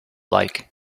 like